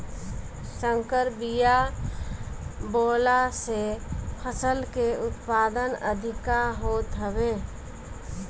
संकर बिया बोअला से फसल के उत्पादन अधिका होत हवे